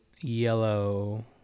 yellow